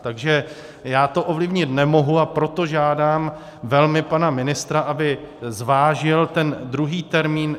Takže já to ovlivnit nemohu, a proto žádám velmi pana ministra, aby zvážil ten druhý termín.